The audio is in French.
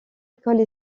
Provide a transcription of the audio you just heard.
écoles